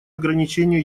ограничению